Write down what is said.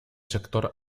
sector